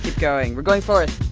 going. we're going for it